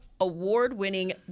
award-winning